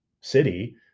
city